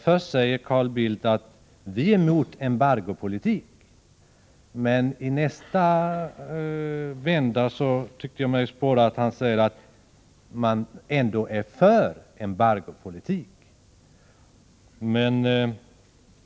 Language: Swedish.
Först säger Carl Bildt: Vi är emot embargopolitik. Men i nästa vända tyckte jag mig spåra att han säger att man ändå är för embargopolitik.